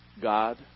God